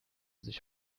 sich